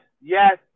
yes